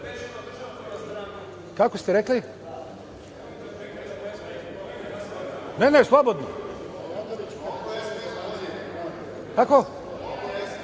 Kako ste rekli? Ne, ne slobodno. Kako?